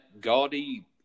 gaudy